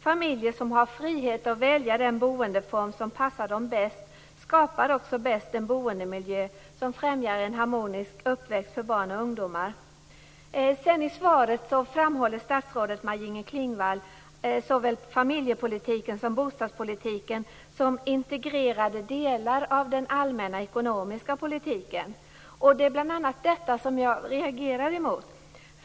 Familjer som har frihet att välja den boendeform som passar dem bäst skapar också bäst den boendemiljö som främjar en harmonisk uppväxt för barn och ungdomar. I svaret framhåller statsrådet Maj-Inger Klingvall såväl familjepolitiken som bostadspolitiken som integrerade delar av den allmänna ekonomiska politiken. Det är bl.a. detta jag reagerar mot.